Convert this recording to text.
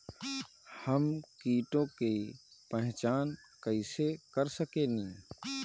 हम कीटों की पहचान कईसे कर सकेनी?